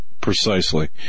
Precisely